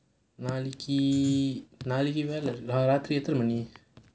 நாளைக்கு நாளைக்கு வேலை ராத்திரி எத்தின மணி:naalaikku naalaikku velai raathiri eththina manikku